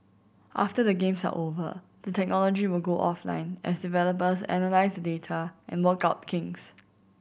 after the Games are over the technology will go offline as developers analyse the data and work out kinks